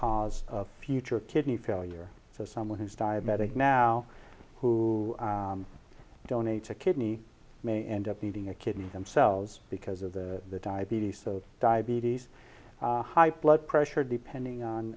cause of future kidney failure so someone who is diabetic now who donates a kidney may end up needing a kidney themselves because of the diabetes so diabetes high blood pressure depending on